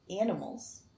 Animals